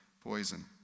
poison